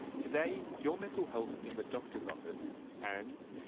today, your mental health in the doctor's office. and,